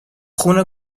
خون